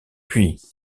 puis